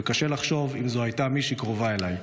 וקשה לחשוב אם זו הייתה מישהי קרובה אליי,